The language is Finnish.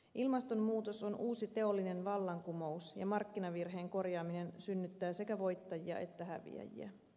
ilmastonmuutos on uusi teollinen vallankumous ja markkinavirheen korjaaminen synnyttää sekä voittajia että häviäjiä